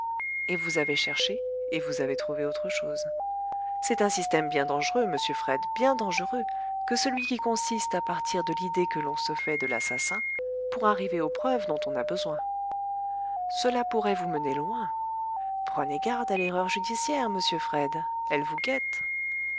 et vous avez cherché et vous avez trouvé autre chose c'est un système bien dangereux monsieur fred bien dangereux que celui qui consiste à partir de l'idée que l'on se fait de l'assassin pour arriver aux preuves dont on a besoin cela pourrait vous mener loin prenez garde à l'erreur judiciaire monsieur fred elle vous guette